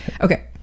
okay